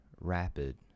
Rapid